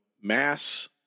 mass